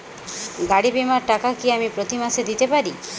গাড়ী বীমার টাকা কি আমি প্রতি মাসে দিতে পারি?